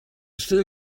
still